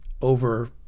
over